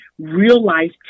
real-life